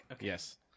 Yes